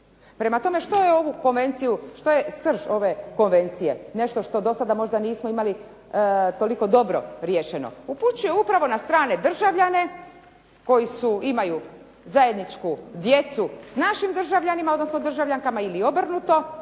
Prema tome, što je srž ove konvencije, nešto što do sada možda nismo imali toliko dobro riješeno, upućuje upravo na strane državljane koji imaju zajedničku djecu s našim državljanima, odnosno državljankama ili obrnuto